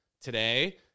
today